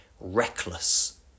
reckless